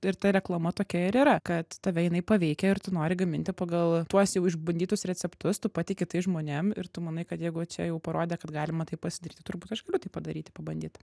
ir ta reklama tokia ir yra kad tave jinai paveikia ir tu nori gaminti pagal tuos jau išbandytus receptus tu patiki tais žmonėm ir tu manai kad jeigu čia jau parodė kad galima tai pasidaryti turbūt aš galiu tai padaryti pabandyt